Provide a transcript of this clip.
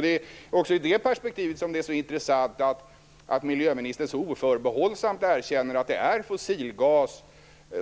Det är också ur det perspektivet som det är intressant att miljöministern så oförbehållsamt erkänner att det är fossilgas